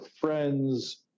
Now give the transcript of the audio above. friends